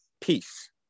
peace